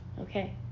Okay